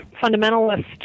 fundamentalist